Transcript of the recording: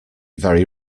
very